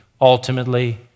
ultimately